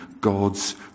God's